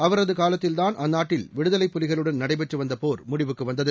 அவரது காலத்தில்தான் அந்நாட்டில் விடுதலைப் புலிகளுடன் நடைபெற்று வந்த போர் முடிவுக்கு வந்தது